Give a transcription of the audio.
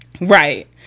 Right